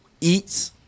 eats